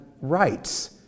rights